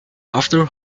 after